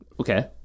Okay